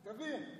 תבין.